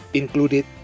included